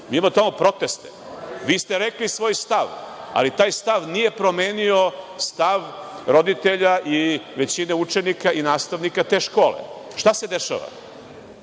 Mi imamo tamo proteste. Vi ste rekli svoj stav, ali taj stav nije promenio stav roditelja i većine učenika i nastavnika te škole. Šta se dešava?